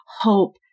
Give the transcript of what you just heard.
hope